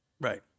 Right